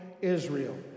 Israel